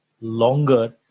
longer